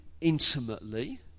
intimately